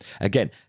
Again